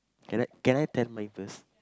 can I can I tell mine first